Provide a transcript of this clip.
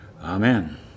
Amen